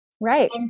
Right